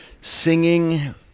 singing